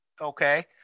Okay